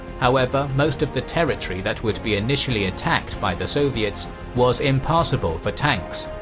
however, most of the territory that would be initially attacked by the soviets was impassable for tanks,